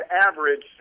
average